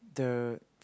the